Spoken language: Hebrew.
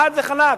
חד וחלק: